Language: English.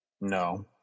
No